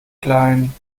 klein